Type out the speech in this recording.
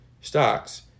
stocks